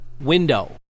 window